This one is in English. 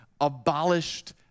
abolished